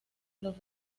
los